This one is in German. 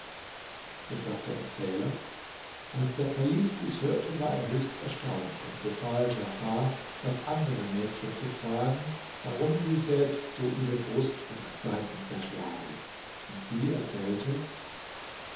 es sagt der erzähler als der kalif dies hörte war er höchst erstaunt und befahl djafar das andere mädchen zu fragen warum sie selbst so ihre brust und seiten zerschlage und sie erzählte